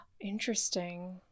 Interesting